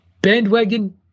bandwagon